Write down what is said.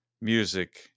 Music